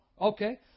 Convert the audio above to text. Okay